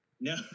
No